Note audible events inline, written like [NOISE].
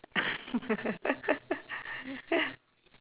[LAUGHS]